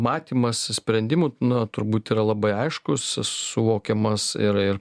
matymas sprendimų na turbūt yra labai aiškus suvokiamas ir ir